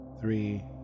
three